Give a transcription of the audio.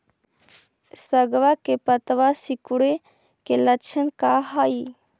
सगवा के पत्तवा सिकुड़े के लक्षण का हाई?